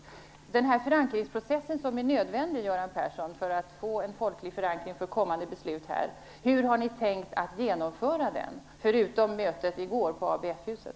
Hur har ni tänkt att genomföra den förankringsprocess som är nödvändig för att få en folklig förankring för kommande beslut, Göran Persson, förutom genom mötet i går på ABF-huset?